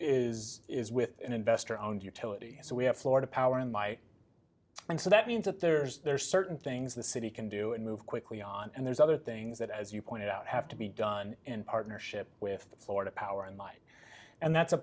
is is with an investor owned utility so we have florida power in my mind so that means that there's there's certain things the city can do and move quickly on and there's other things that as you pointed out have to be done in partnership with florida power and light and that's a